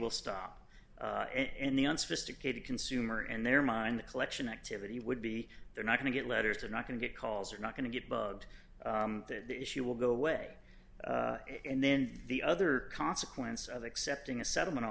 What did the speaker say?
will stop and the unsophisticated consumer and their mind the collection activity would be they're not going to get letters they're not going to get calls are not going to get bugged the issue will go away and then the other consequence of accepting a settlement